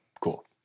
cool